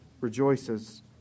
rejoices